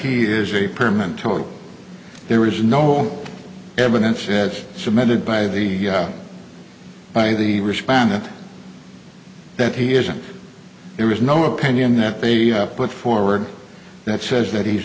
he is a permanent total there was no evidence as submitted by the by the respondent that he isn't it was no opinion that they put forward that says that he's